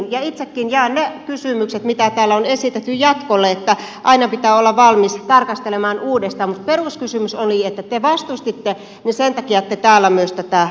itsekin jaan ne kysymykset mitä täällä on esitetty jatkolle että aina pitää olla valmis tarkastelemaan uudestaan mutta peruskysymys oli että te vastustitte niin sen takia täällä myös tätä haukutte